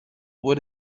what